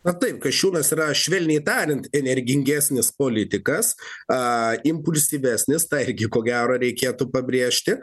na taip kasčiūnas yra švelniai tariant energingesnis politikas impulsyvesnis tą irgi ko gero reikėtų pabrėžti